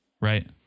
right